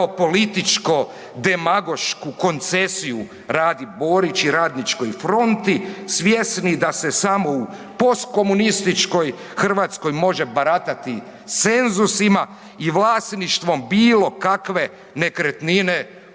kao političko demagošku koncesiju Radi Borić i Radničkoj fronti svjesni da se samo u postkomunističkoj Hrvatskoj može baratati senzusima i vlasništvom bilo kakve nekretnine u